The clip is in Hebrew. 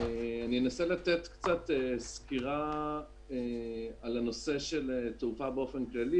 אנסה לתת סקירה על הנושא של תעופה באופן כללי